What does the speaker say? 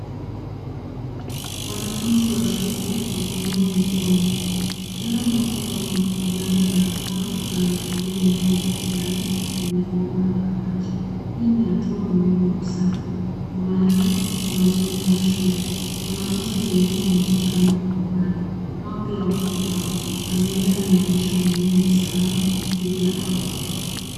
Wanafunzi wa shule wakinawa mikono, Kila mmoja wao amevaa barakoa na anatumia ndoo ya kijani yenye bomba la maji. Hii ni hatua muhimu ya usafi. Nyuma yao kuna jengo la shule. Wanafunzi wengine wanaonekana kwa umbali, nao pia wakinawa. Mazingira yanaonyesha umuhimu wa usalama dhidi ya magonjwa.